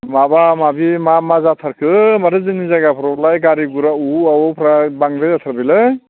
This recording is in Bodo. माबा माबि मा मा जाथारखो माथो जोंनि जायगाफ्रावलाय गारि घरा उ उ आव आवफ्रा बांद्राय जाथारबायलै